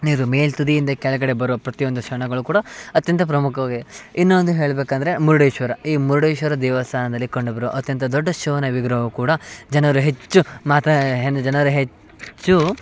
ನೀರು ಮೇಲೆ ತುದಿಯಿಂದ ಕೆಳಗಡೆ ಬರುವ ಪ್ರತಿಯೊಂದು ಕ್ಷಣಗಳು ಕೂಡ ಅತ್ಯಂತ ಪ್ರಮುಖವಾಗಿದೆ ಇನ್ನೊಂದು ಹೇಳ್ಬೇಕಂದರೆ ಮುರ್ಡೇಶ್ವರ ಈ ಮುರ್ಡೇಶ್ವರ ದೇವಸ್ಥಾನದಲ್ಲಿ ಕಂಡುಬರುವ ಅತ್ಯಂತ ದೊಡ್ಡ ಶಿವನ ವಿಗ್ರಹವು ಕೂಡ ಜನರು ಹೆಚ್ಚು ಮಾತಾಯೆ ಎಂದು ಜನರೆ ಹೆಚ್ಚು